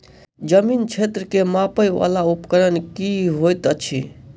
जमीन क्षेत्र केँ मापय वला उपकरण की होइत अछि?